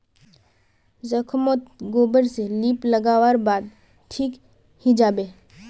जख्म मोत गोबर रे लीप लागा वार बाद ठिक हिजाबे